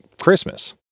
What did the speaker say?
Christmas